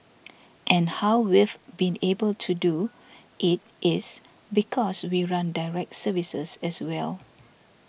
and how we've been able to do it is because we run direct services as well